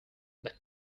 but